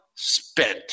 Spent